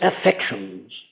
affections